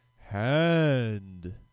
hand